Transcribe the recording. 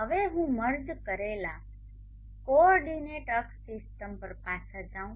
હવે હું મર્જ કરેલા કોઓર્ડિનેંટ અક્ષ સિસ્ટમ પર પાછા જાઉં